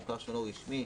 מוכר שאינו רשמי,